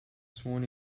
sworn